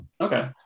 Okay